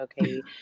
Okay